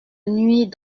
nuit